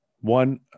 one